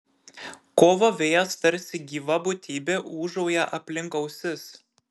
kovo vėjas tarsi gyva būtybė ūžauja aplink ausis